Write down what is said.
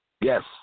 Yes